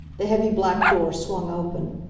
the heavy, black door swung open.